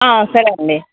సరే అండి